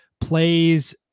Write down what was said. plays